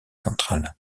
centrale